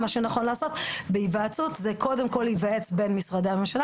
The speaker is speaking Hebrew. מה שנכון לעשות בהיוועצות זה קודם כל להיוועץ בין משרדי הממשלה,